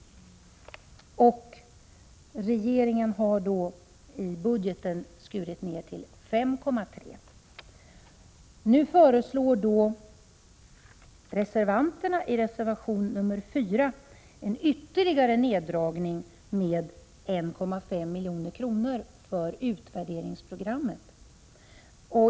Nu föreslår reservanterna i reservation 4 en ytterligare neddragning med 1,5 milj.kr. när det gäller utvärderingsprogrammet.